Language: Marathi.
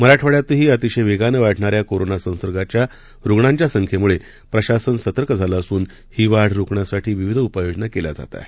मराठवाङ्यातही अतिशय वेगानं वाढणाऱ्या कोरोना संसर्गाच्या रुग्णांच्या संख्येमुळे प्रशासन सतर्क झालं असून ही वाढ रोखण्यासाठी विविध उपाय योजना केल्या जात आहेत